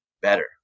better